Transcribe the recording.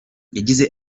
yagize